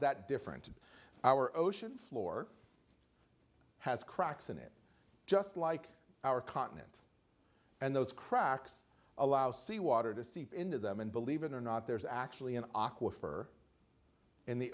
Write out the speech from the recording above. that different our ocean floor has cracks in it just like our continent and those cracks allow seawater to seep into them and believe it or not there's actually an aqua for in the